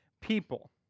people